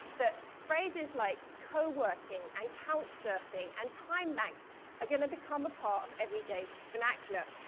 that phrases like coworking and couchsurfing and time banks are going to become a part of everyday vernacular.